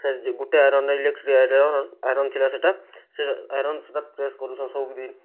ସେ ଗୁଟେ ଆଇରନ୍ରେ ଇଲେକ୍ଟ୍ରି ଆଇରନ୍ ଆଇରନ୍ ଥିଲା ସେଇଟା ସେ ଆଇରନ୍ ସୁଧା ପ୍ରେସ୍ କରୁଛୁ ସବୁ ଦିନ୍